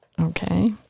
Okay